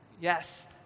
yes